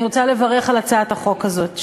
אני רוצה לברך על הצעת החוק הזאת,